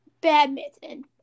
Badminton